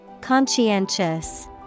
Conscientious